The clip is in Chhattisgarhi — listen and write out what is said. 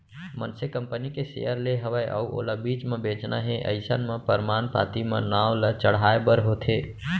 मनसे कंपनी के सेयर ले हवय अउ ओला बीच म बेंचना हे अइसन म परमान पाती म नांव ल चढ़हाय बर होथे